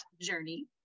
journey